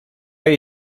jej